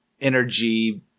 energy